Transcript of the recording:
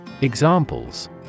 Examples